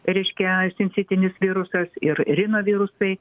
reiškia sincitinis virusas ir rinovirusai